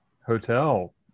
hotel